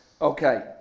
okay